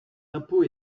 impôts